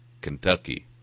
Kentucky